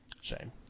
Shame